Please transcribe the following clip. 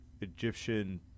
Egyptian